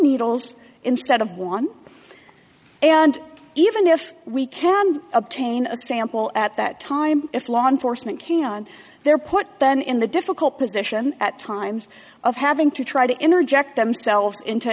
needles instead of one and even if we can obtain a sample at that time if law enforcement king on there put then in the difficult position at times of having to try to interject themselves into